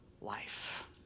life